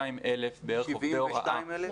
182,000 בערך עובדי הוראה.